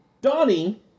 Donnie